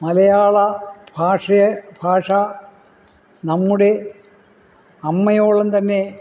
മലയാള ഭാഷയെ ഭാഷ നമ്മുടെ അമ്മയോളം തന്നെ